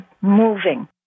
moving